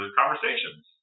conversations